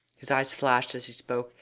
his eyes flashed as he spoke,